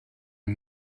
are